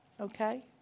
okay